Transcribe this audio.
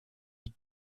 die